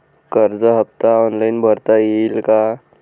कर्ज हफ्ता ऑनलाईन भरता येईल का?